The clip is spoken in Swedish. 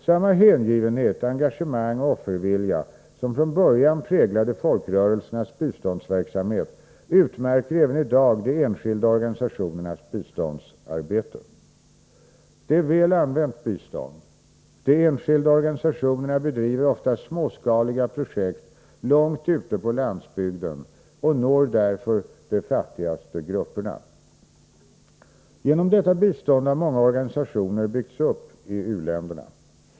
Samma hängivenhet, engagemang och offervilja som från början präglade folkrörelsernas biståndsverksamhet utmärker även i dag de enskilda organisationernas biståndsarbete. Det är väl använt bistånd. De enskilda organisationerna bedriver ofta småskaliga projekt långt ute på landsbygden och når därför de fattigaste grupperna. Genom detta bistånd har många organisationer byggts upp i u-länderna.